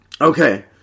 Okay